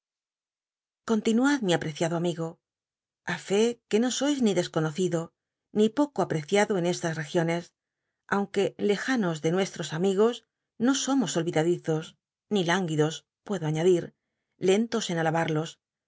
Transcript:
continuad mi apreciado amigo a fé que no sois ni desconocido ni poco apreciado en estas regionl s aunque lejanos de nuestros amigos no somos olvidadi os ni lcinguidos puedo añadir lentos en